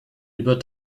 über